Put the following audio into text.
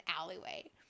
alleyway